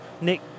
Nick